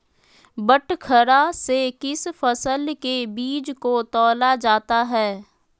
बटखरा से किस फसल के बीज को तौला जाता है?